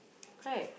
right